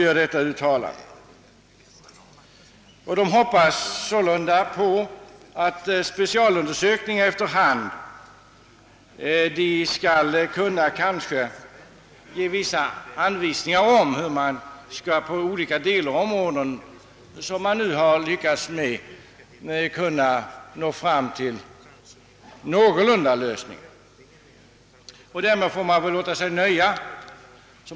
Utskottet har uttryckt den förhoppningen att specialundersökningar så småningom skall kunna ge vissa anvisningar om hur man skall kunna nå fram till någorlunda tillfredsställande lösningar på olika delområden, och därmed får jag väl låta mig nöja.